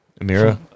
Amira